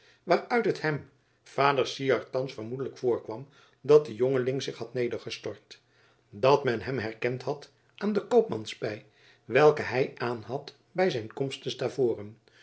waaruit het hem vader syard thans vermoedelijk voorkwam dat de jongeling zich had nedergestort dat men hem herkend had aan de koopmanspij welke hij aanhad bij zijn komst te